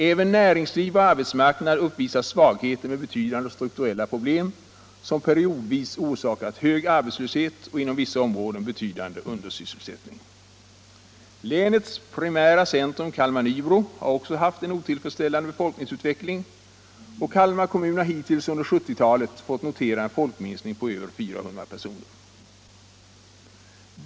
Även näringsliv och arbetsmarknad uppvisar svagheter med betydande strukturella problem, som periodvis orsakat hög arbetslöshet och inom vissa områden betydande undersysselsättning. Länets primära centrum Kalmar/Nybro har också haft en otillfredsställande befolkningsutveckling, och Kalmar kommun har hittills under 1970-talet fått notera en folkminskning på över 400 personer.